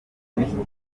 minisitiri